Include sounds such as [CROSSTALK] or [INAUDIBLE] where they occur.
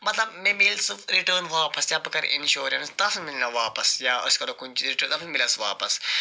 مطلب مےٚ مِلہِ سُہ رِٹٲرٕن واپس یا بہٕ کَرٕ اِنشورٮ۪نٕس تتھ مِلہِ مےٚ واپس یا أسۍ کَرو کُنہِ [UNINTELLIGIBLE] مِلہِ اَسہِ واپس